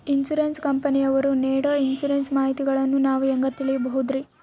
Insurance ಕಂಪನಿಯವರು ನೇಡೊ insurance ಮಾಹಿತಿಗಳನ್ನು ನಾವು ಹೆಂಗ ತಿಳಿಬಹುದ್ರಿ?